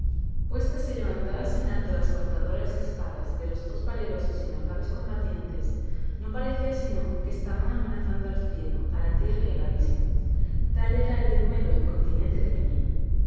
puestas y levantadas en alto las cortadoras espadas de los dos valerosos y enojados combatientes no parecía sino que estaban amenazando al cielo a la tierra y al abismo tal era el denuedo y continente que tenían